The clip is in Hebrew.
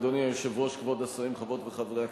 אדוני היושב-ראש, כבוד השרים, חברות וחברי הכנסת,